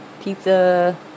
Pizza